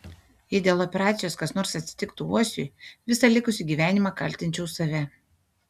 jei dėl operacijos kas nors atsitiktų uosiui visą likusį gyvenimą kaltinčiau save